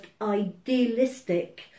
idealistic